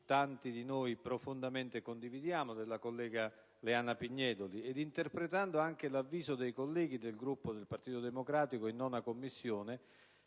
tanti di noi profondamente condividono, della collega Pignedoli e interpretando l'avviso dei colleghi del Gruppo del Partito Democratico in 9a Commissione